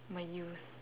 my youth